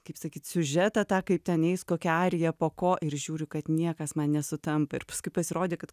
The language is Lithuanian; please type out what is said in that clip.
kaip sakyt siužetą tą kaip ten eis kokia arija po ko ir žiūriu kad niekas man nesutampa ir paskui pasirodė kad